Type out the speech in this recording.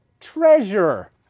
treasure